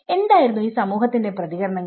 എന്തായിരുന്നു ഈ സമൂഹത്തിന്റെ പ്രതികരണങ്ങൾ